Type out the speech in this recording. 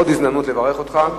עוד הזדמנות לברך אותך.